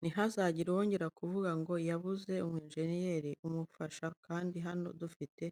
Ntihazagire uwongera kuvuga ngo yabuze umwenjenyeri umufasha kandi hano dufite